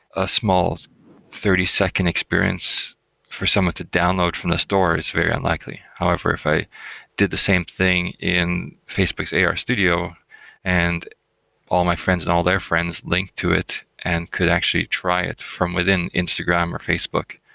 a small thirty second experience for someone to download from the store is very unlikely. however, if i did the same thing in facebook's arstudio and all my friends and all their friends link to it and could actually try it from within instagram or facebook,